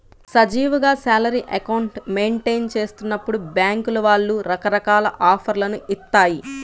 సజావుగా salary account maintain చేస్తున్నప్పుడు బ్యేంకుల వాళ్ళు రకరకాల ఆఫర్లను ఇత్తాయి